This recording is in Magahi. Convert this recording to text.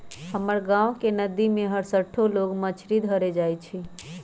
हमर गांव के नद्दी में हरसठ्ठो लोग मछरी धरे जाइ छइ